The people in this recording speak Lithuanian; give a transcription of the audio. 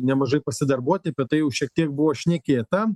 nemažai pasidarbuoti apie tai jau šiek tiek buvo šnekėta